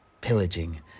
pillaging